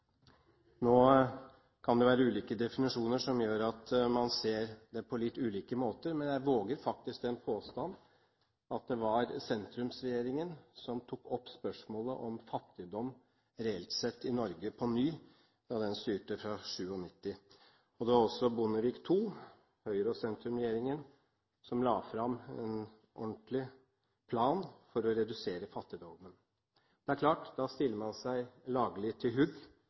Nå kan det være ulike definisjoner som gjør at man ser det på litt ulike måter, men jeg våger faktisk den påstand at det var sentrumsregjeringen som tok opp spørsmålet om fattigdom reelt sett i Norge på ny, da den styrte fra 1997. Det var også Bondevik II, Høyre- og sentrumsregjeringen, som la fram en ordentlig plan for å redusere fattigdommen. Det er klart at man stiller seg lagelig til